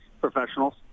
professionals